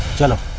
sir,